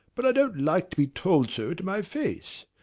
but i don't like to be told so to my face.